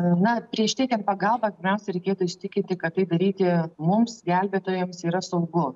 na prieš teikiant pagalbą pirmiausia reikėtų įsitikinti kad tai daryti mums gelbėtojams yra saugu